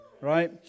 right